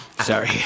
Sorry